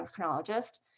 endocrinologist